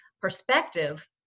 perspective